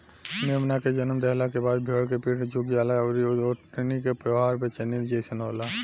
मेमना के जनम देहला के बाद भेड़ के पीठ झुक जाला अउरी ओकनी के व्यवहार बेचैनी जइसन होला